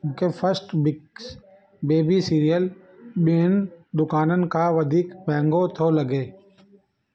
मूंखे first bites baby cereal ॿियुनि दुकानुनि खां वधीक महांगो थो लॻे